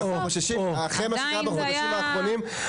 אחרי מה שקרה בחודשים האחרונים,